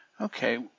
Okay